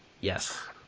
yes